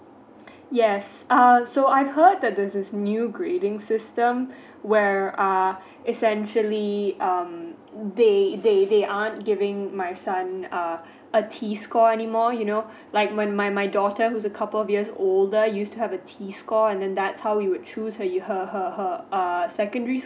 yes um so I heard that there's this new grading system where are essentially um they they they aren't giving my son err a T score anymore you know like my my my daughter who's a couple of years older used to have a T score and then that's how you will choose really her her her err secondary